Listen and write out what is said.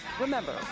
Remember